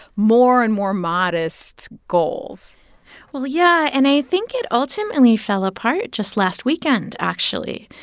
more and more modest goals well, yeah. and i think it ultimately fell apart just last weekend, actually,